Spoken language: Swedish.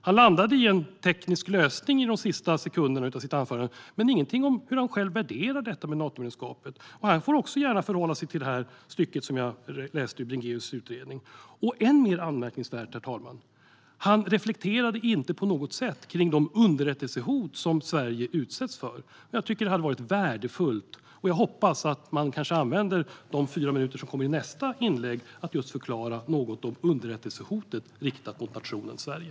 Han landade i en teknisk lösning under de sista sekunderna av sitt anförande, men det fanns ingenting om hur han själv värderar detta med ett Natomedlemskap. Han får också gärna förhålla sig till det stycke som jag läste ur Bringéus utredning. Än mer anmärkningsvärt, herr talman, är att Jimmie Åkesson inte på något sätt reflekterade kring de underrättelsehot som Sverige utsätts för. Jag tycker att det hade varit värdefullt, och jag hoppas att han använder sina fyra minuter i nästa inlägg till att just förklara något om underrättelsehotet riktat mot nationen Sverige.